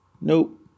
nope